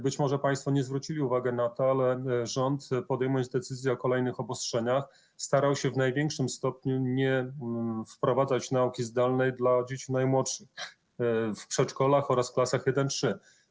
Być może państwo nie zwrócili uwagi na to, ale rząd, podejmując decyzję o kolejnych obostrzeniach, starał się w największym stopniu nie wprowadzać nauki zdalnej dla dzieci najmłodszych, w przedszkolach oraz w klasach I-III.